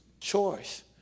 choice